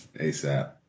ASAP